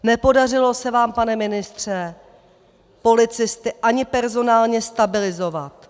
Nepodařilo se vám, pane ministře, policisty ani personálně stabilizovat.